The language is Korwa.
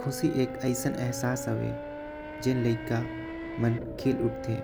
ख़ुशी एक ऐसा अहसास हवे जेकर विचार आथे। ले मन खिल उठथे